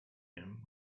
him